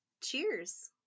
cheers